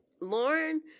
Lauren